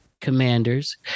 commanders